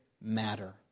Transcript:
matter